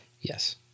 Yes